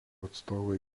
atstovai